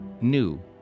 new